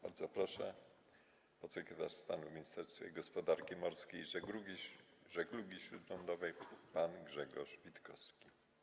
Bardzo proszę, podsekretarz Stanu w Ministerstwie Gospodarki Morskiej i Żeglugi Śródlądowej pan Grzegorz Witkowski.